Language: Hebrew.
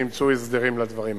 נמצאו הסדרים לדברים האלה.